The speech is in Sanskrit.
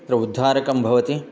तत्र उद्धारकं भवति